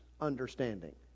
understanding